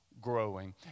growing